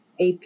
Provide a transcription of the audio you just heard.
AP